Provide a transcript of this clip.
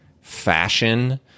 fashion